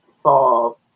solve